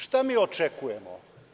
Šta mi očekujemo?